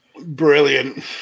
Brilliant